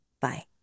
Bye